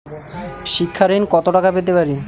শিক্ষা ঋণ কত টাকা পেতে পারি?